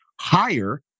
higher